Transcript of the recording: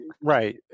right